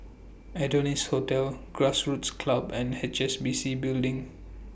Adonis Hotel Grassroots Club and H S B C Building